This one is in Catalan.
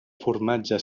formatge